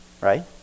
right